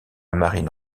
marine